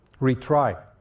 retry